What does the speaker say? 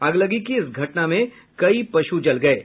अगलगी की इस घटना में कई पशु जल गये